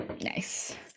Nice